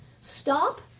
stop